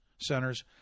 Centers